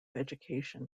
education